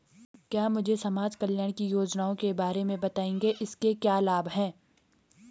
क्या मुझे समाज कल्याण की योजनाओं के बारे में बताएँगे इसके क्या लाभ हैं?